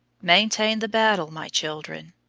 maintain the battle, my children,